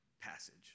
passage